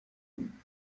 you